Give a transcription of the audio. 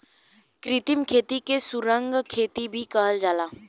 कृत्रिम खेती के सुरंग खेती भी कहल जाला